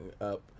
up